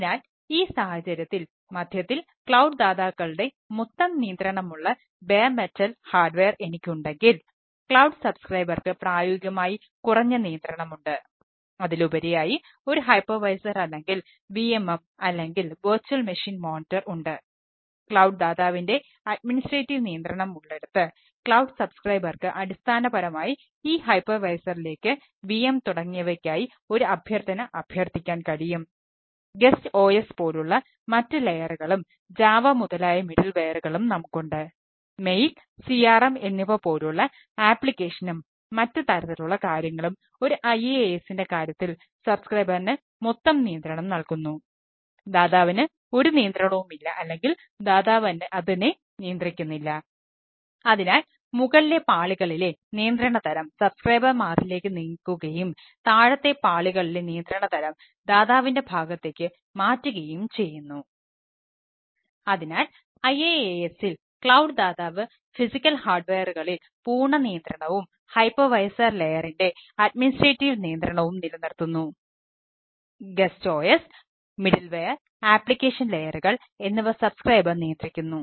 അതിനാൽ ഈ സാഹചര്യത്തിൽ മധ്യത്തിൽ ക്ലൌഡ് നീക്കുകയും താഴത്തെ പാളികളിലെ നിയന്ത്രണ തരം ദാതാവിന്റെ ഭാഗത്തേക്ക് മാറ്റുകയും ചെയ്യുന്നു